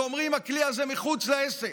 ואומרים: הכלי הזה מחוץ לעסק,